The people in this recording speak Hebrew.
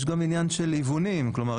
יש גם עניין של היוונים כלומר,